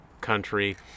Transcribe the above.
country